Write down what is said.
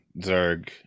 Zerg